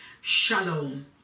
shalom